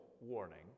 warning